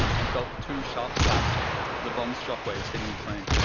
and felt the two sharp slaps of the bombs' shock waves hitting the plane.